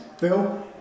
Bill